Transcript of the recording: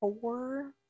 four